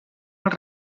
els